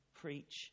preach